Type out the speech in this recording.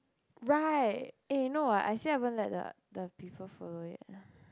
right eh no I I still haven't let the the people follow it